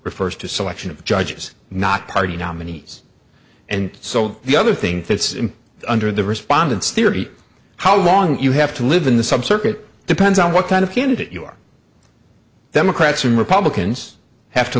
refers to selection of judges not party nominees and so the other thing fits in under the respondents theory how long you have to live in the sub circuit depends on what kind of candidate you are democrats and republicans have to